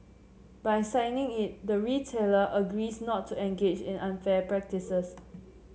by signing it the retailer agrees not to engage in unfair practices